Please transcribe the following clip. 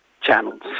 channels